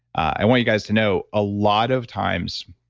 i want you guys to know, a lot of times,